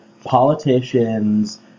politicians